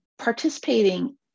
participating